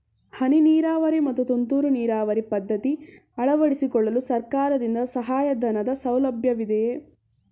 ಹನಿ ನೀರಾವರಿ ಮತ್ತು ತುಂತುರು ನೀರಾವರಿ ಪದ್ಧತಿ ಅಳವಡಿಸಿಕೊಳ್ಳಲು ಸರ್ಕಾರದಿಂದ ಸಹಾಯಧನದ ಸೌಲಭ್ಯವಿದೆಯೇ?